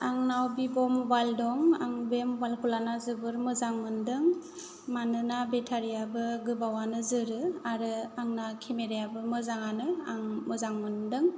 आंनाव भिभ' मबाइल दं आं बे मबाइल खौ लाना जोबोद मोजां मोनदों मानोना बेटारि आबो गोबावानो जोरो आरो आंना केमेरा याबो मोजाङानो आं मोजां मोनदों